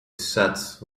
set